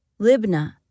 Libna